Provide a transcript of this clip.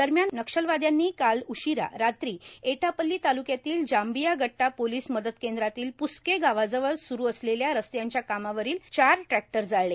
दरम्यान नक्षलवाद्यांनी काल उशिरा रात्री ऐटापल्ली तालुक्यातील जांबिया गट्टा पोलीस मदत केंद्रातील प्रस्के गावाजवळ स्रूर असलेल्या रस्त्यांच्या कामावरील चार ट्रक्टर जाळले